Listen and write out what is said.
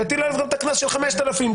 שיטיל עליו גם את הקנס של 5,000 שקל,